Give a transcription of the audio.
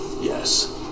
Yes